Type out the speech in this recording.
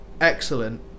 excellent